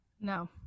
No